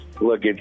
Look